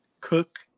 cook